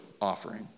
offering